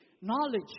knowledge